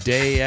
Day